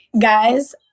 Guys